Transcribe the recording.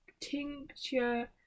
tincture